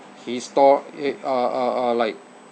histo~ a~ uh uh uh like